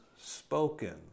spoken